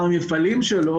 גם המפעלים שלו